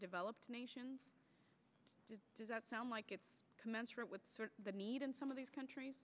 developed nations does that sound like it commensurate with the need in some of these countries